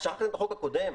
--- את החוק הקודם,